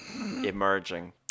emerging